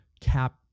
cap